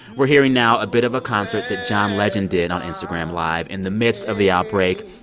we're hearing now a bit of a concert that john legend did on instagram live in the midst of the outbreak.